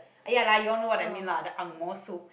!aiya! lah you know what I mean lah the angmoh soup